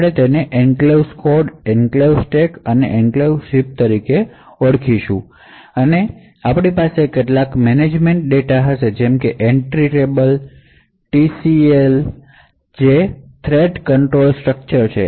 આપણે તેને enclaves code enclaves stack અને એન્ક્લેવ્સ હીપ કહીએ છીએ અને તમારી પાસે કેટલાક મેનેજમેન્ટ ડેટા હશે જેમ કે એન્ટ્રી ટેબલ અને TCS જે થ્રેટ કંટ્રોલ સ્ટ્રક્ચર છે